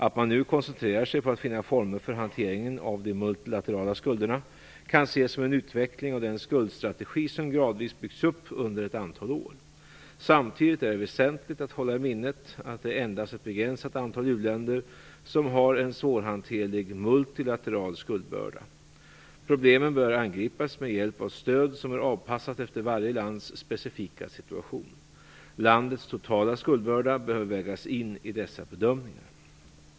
Att man nu koncentrerar sig på att finna former för hanteringen av de multilaterala skulderna kan ses som en utveckling av den skuldstrategi som gradvis byggts upp under ett antal år. Samtidigt är det väsentligt att hålla i minnet att det är endast ett begränsat antal u-länder som har en svårhanterlig multilateral skuldbörda. Problemen bör angripas med hjälp av stöd som är avpassat efter varje lands specifika situation. Landets totala skuldbörda behöver vägas in i dessa bedömningar.